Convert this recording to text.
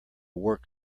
work